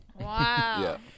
Wow